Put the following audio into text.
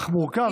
אך מורכב,